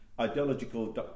ideological